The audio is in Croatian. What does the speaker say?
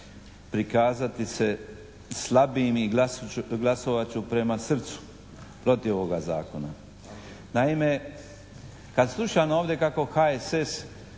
prikazati se slabijim i glasovat ću prema srcu protiv ovoga zakona. Naime, kad slušam ovdje kako HSS